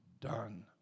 done